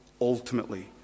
ultimately